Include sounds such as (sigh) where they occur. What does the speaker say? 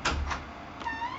(noise)